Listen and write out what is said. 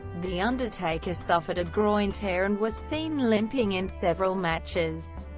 the undertaker suffered a groin tear and was seen limping in several matches.